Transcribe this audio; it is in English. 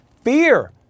Fear